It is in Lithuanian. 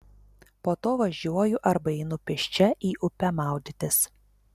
po to važiuoju arba einu pėsčia į upę maudytis